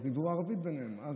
אז הם דיברו ביניהם ערבית,